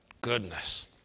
Goodness